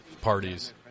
parties